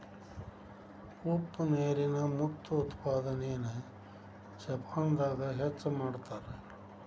ಉಪ್ಪ ನೇರಿನ ಮುತ್ತು ಉತ್ಪಾದನೆನ ಜಪಾನದಾಗ ಹೆಚ್ಚ ಮಾಡತಾರ